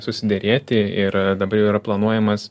susiderėti ir dabar jau yra planuojamas